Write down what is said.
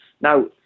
Now